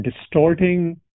distorting